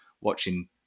watching